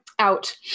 Out